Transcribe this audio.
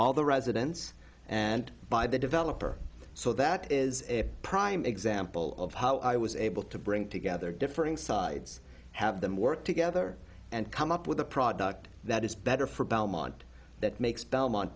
all the residents and by the developer so that is a prime example of how i was able to bring together differing sides have them work together and come up with a product that is better for belmont that makes belmont